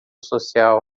social